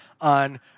on